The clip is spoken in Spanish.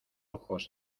ojos